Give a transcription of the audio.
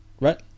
Right